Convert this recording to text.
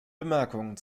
bemerkungen